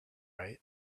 right